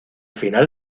final